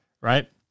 right